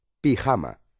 pijama